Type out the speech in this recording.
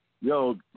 Yo